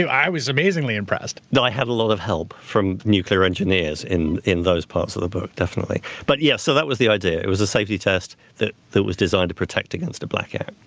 i was amazingly impressed. no. i had a lot of help from nuclear engineers in in those parts of the book, definitely. but yeah, so that was the idea. it was a safety test that that was designed to protect against a blackout.